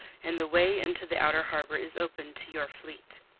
and the way into the outer harbour is open to your fleet.